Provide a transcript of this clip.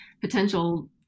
potential